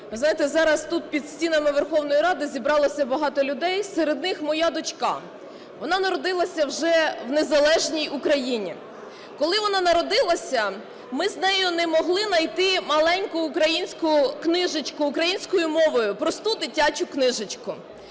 зараз тут, під стінами Верховної Ради, зібралося багато людей, серед них моя дочка. Вона народилася вже в незалежній Україні. Коли вона народилася, ми з нею не могли найти маленьку українську книжечку українською мовою, просту дитячу книжечку.